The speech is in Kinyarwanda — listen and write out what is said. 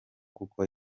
kuko